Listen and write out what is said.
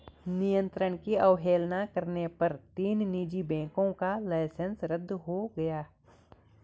नियंत्रण की अवहेलना करने पर तीन निजी बैंकों का लाइसेंस रद्द हो गया